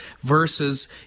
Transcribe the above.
versus